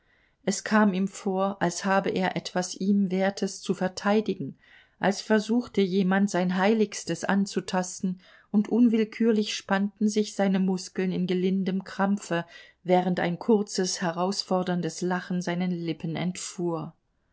es kam ihm vor als habe er etwas ihm wertes zu verteidigen als versuchte jemand sein heiligstes anzutasten und unwillkürlich spannten sich seine muskeln in gelindem krampfe während ein kurzes herausforderndes lachen seinen lippen entfuhr